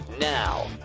Now